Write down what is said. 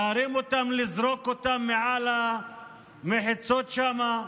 להרים אותם, לזרוק אותם מעל המחיצות שם.